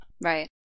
Right